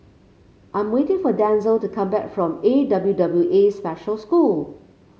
I'm waiting for Denzell to come back from A W W A Special School